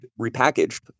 repackaged